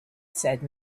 said